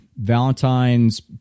Valentine's